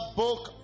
book